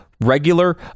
regular